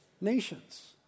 nations